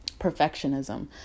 perfectionism